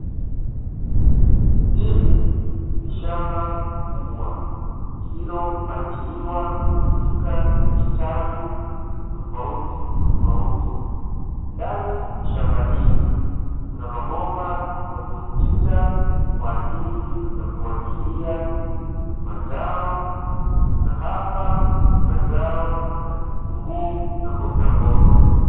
Hili ni shamba kubwa lililopangiliwa katika vitalu tofautitofauti, ndani ya shamba hili kuna mabomba yaliyopita kwa ajili ya kumwagilia mazao na hapa kuna zao la vitunguu na mbogamboga.